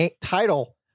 title